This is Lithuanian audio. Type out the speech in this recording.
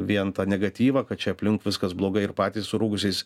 vien tą negatyvą kad čia aplink viskas blogai ir patys surūgusiais